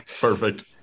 Perfect